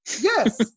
Yes